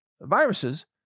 viruses